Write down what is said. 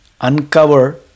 uncover